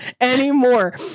anymore